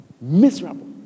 Miserable